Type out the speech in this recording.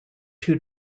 two